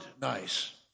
nice